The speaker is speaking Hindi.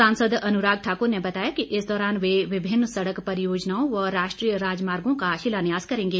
सांसद अन्राग ठाकर ने बताया कि इस दौरान वे विभिन्न सड़क परियोजनाओं व राष्ट्रीय राजमार्गो का शिलान्यास करेंगे